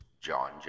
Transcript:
John